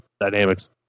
dynamics